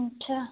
अच्छा